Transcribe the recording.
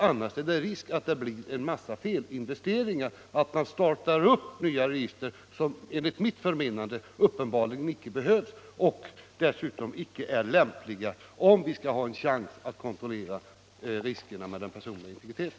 Annars är det risk att det görs en mängd felinvesteringar och att man startar nya register som — enligt mitt förmenande uppenbarligen icke behövs och dessutom icke är lämpliga, om vi skall ha en chans till kontroll när det gäller riskerna för den personliga integriteten.